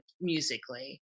musically